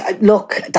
look